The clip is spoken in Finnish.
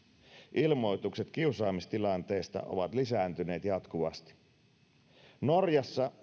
ilmoitukset kiusaamistilanteista ovat lisääntyneet jatkuvasti myös norjassa